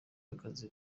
akazi